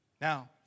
Now